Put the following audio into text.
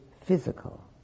physical